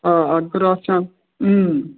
آ اَتھ گوٚو رات شام